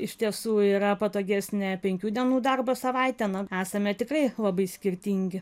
iš tiesų yra patogesnė penkių dienų darbo savaitė na esame tikrai labai skirtingi